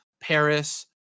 Paris